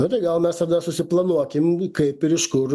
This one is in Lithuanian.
nu tai gal mes tada susiplanuokim kaip ir iš kur